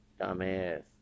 Dumbass